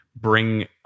bring